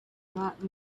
not